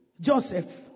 Joseph